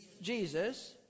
Jesus